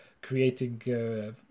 creating